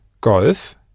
Golf